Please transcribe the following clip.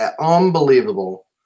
unbelievable